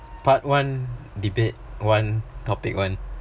part one debate one topic one